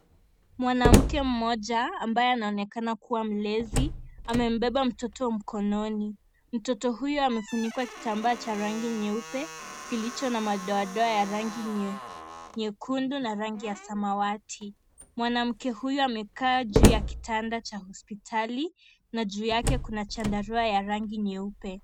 Mwanamke mmoja ambaye anaonekana kuwa mlezi amembeba mtoto mkononi. Mtoto huyu amefunikwa kitambaa cha rangi nyeupe kilicho na madoadoa ya rangi nyekundu na rangi ya samawati. Mwanamke huyu amekaa juu ya kitanda cha hospitali na juu yake kuna chandarua ya rangi nyeupe.